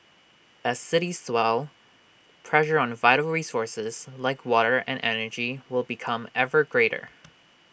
as cities swell pressure on vital resources like water and energy will become ever greater